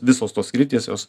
visos tos sritys jos